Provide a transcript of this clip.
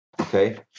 okay